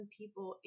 people